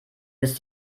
bis